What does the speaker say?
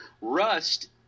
rust